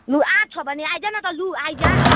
ल आँट छ भने आइज् न त ल आइज्